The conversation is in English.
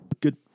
good